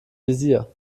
visier